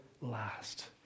last